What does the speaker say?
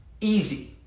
easy